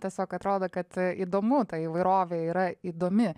tiesiog atrodo kad įdomu ta įvairovė yra įdomi